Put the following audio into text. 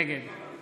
נגד